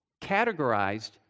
categorized